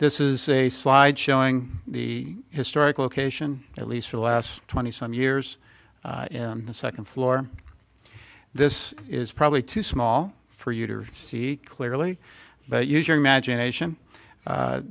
this is a slide showing the historic location at least for the last twenty some years the second floor this is probably too small for you to seek clearly but use your imagination